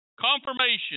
confirmation